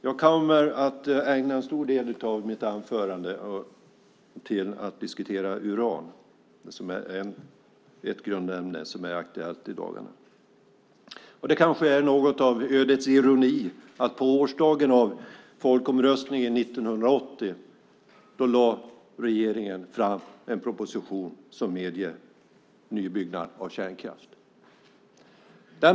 Jag kommer att ägna en stor del av mitt anförande åt att diskutera uran, ett grundämne som är aktuellt i dagarna. Det kanske är något av ödets ironi att regeringen på årsdagen av folkomröstningen 1980 lade fram en proposition som medger nybyggnad av kärnkraft.